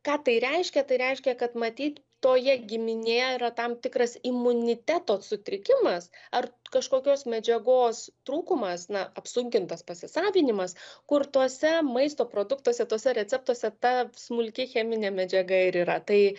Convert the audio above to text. ką tai reiškia tai reiškia kad matyt toje giminėje yra tam tikras imuniteto sutrikimas ar kažkokios medžiagos trūkumas na apsunkintas pasisavinimas kur tuose maisto produktuose tuose receptuose ta smulki cheminė medžiaga ir yra tai